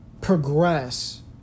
progress